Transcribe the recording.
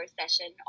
session